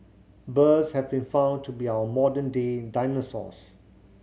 birds have been found to be our modern day dinosaurs